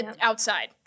outside